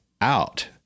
out